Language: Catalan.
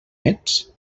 ets